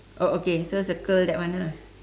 oh okay so circle that one lah